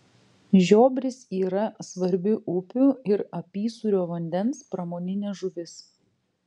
žiobris yra svarbi upių ir apysūrio vandens pramoninė žuvis